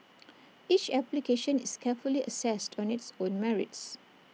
each application is carefully assessed on its own merits